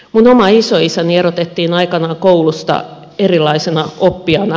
minun oma isoisäni erotettiin aikanaan koulusta erilaisena oppijana